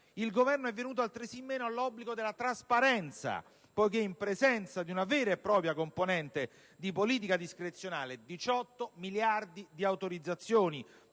il Governo è venuto altresì meno all'obbligo della trasparenza poiché, in presenza di una vera e propria componente di politica discrezionale (18 miliardi di autorizzazioni